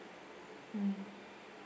mm